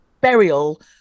burial